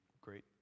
great